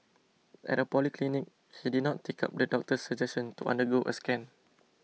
at a polyclinic he did not take up the doctor's suggestion to undergo a scan